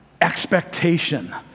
expectation